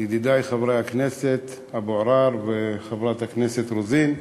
ידידי חברי הכנסת אבו עראר וחברת הכנסת רוזין,